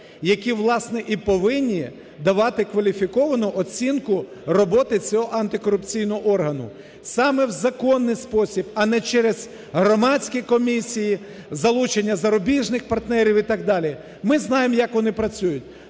які, власне, і повинні давати кваліфіковану оцінку роботи цього антикорупційного органу. Саме в законний спосіб, а не через громадські комісії, залучення зарубіжних партнерів і так далі. Ми знаємо, як вони працюють.